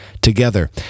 together